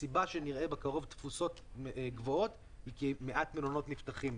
הסיבה שנראה בקרוב תפוסות גבוהות זה כי מעט מלונות נפתחים.